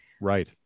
Right